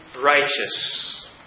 righteous